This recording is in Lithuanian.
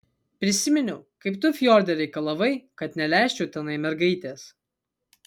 prisiminiau kaip tu fjorde reikalavai kad neleisčiau tenai mergaitės